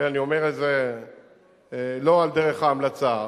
אני אומר את זה לא על דרך ההלצה,